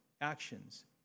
actions